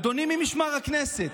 אדוני ממשמר הכנסת,